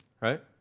Right